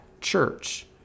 church